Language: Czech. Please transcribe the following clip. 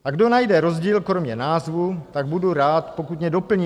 A kdo najde rozdíl kromě názvu, tak budu rád, pokud mě doplní.